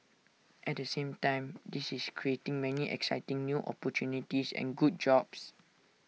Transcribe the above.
at the same time this is creating many exciting new opportunities and good jobs